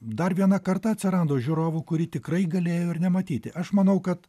dar viena karta atsirado žiūrovų kuri tikrai galėjo ir nematyti aš manau kad